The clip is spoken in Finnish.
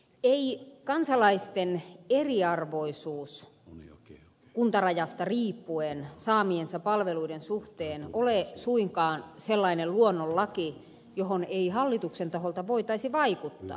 ei kansalaisten eriarvoisuus kuntarajasta riippuen saatujen palveluiden suhteen ole suinkaan sellainen luonnonlaki johon ei hallituksen taholta voitaisi vaikuttaa